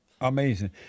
Amazing